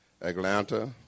Atlanta